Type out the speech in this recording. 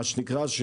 מה שנקרא,